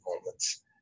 moments